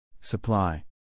Supply